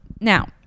Now